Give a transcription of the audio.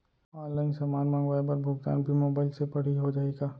Online समान मंगवाय बर भुगतान भी मोबाइल से पड़ही हो जाही का?